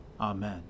Amen